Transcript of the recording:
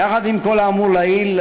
יחד עם כל האמור לעיל,